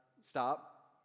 stop